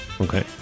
Okay